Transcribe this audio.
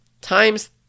times